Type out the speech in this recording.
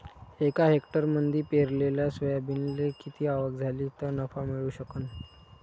एका हेक्टरमंदी पेरलेल्या सोयाबीनले किती आवक झाली तं नफा मिळू शकन?